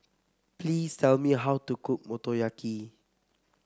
please tell me how to cook Motoyaki